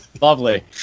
Lovely